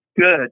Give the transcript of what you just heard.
Good